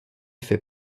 fait